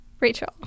Rachel